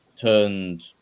turned